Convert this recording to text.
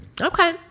Okay